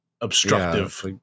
Obstructive